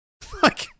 Fuck